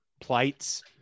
plights